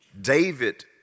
David